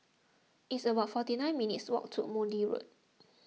it's about forty nine minutes' walk to Maude Road